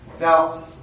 Now